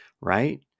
right